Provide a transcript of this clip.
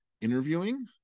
interviewing